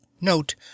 Note